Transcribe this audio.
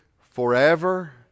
forever